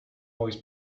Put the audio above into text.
always